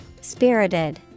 Spirited